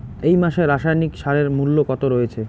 এই মাসে রাসায়নিক সারের মূল্য কত রয়েছে?